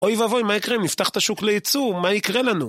אוי ואבוי, מה יקרה? אם נפתח את השוק לייצוא, מה יקרה לנו?